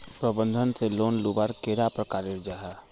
प्रबंधन से लोन लुबार कैडा प्रकारेर जाहा?